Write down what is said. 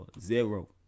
Zero